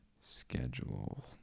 Schedule